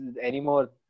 anymore